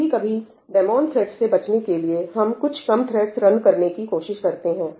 कभी कभी daemon threads से बचने के लिए हम कुछ कम थ्रेड्स रन करने की कोशिश करते हैं